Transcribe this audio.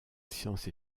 science